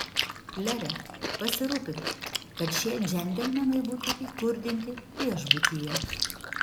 klere pasirūpink kad šie džentelmenai būtų įkurdinti viešbutyje